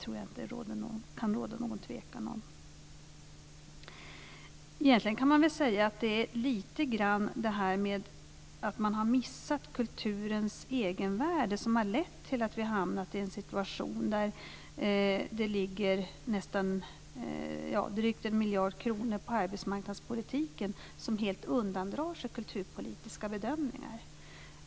Om det råder det inte något tvivel. Egentligen kan man säga att det är det faktum att man litet grand har missat kulturens egenvärde som har lett till att det nu ligger drygt 1 miljard kronor på arbetsmarknadspolitikens område som helt undandrar sig kulturpolitiska bedömningar.